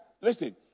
listen